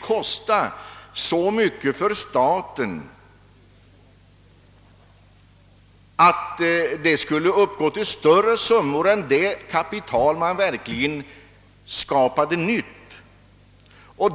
enligt uppgift också kosta staten så stora belopp att det översteg det nysparade kapitalet.